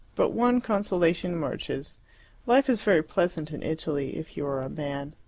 but one consolation emerges life is very pleasant in italy if you are a man.